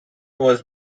was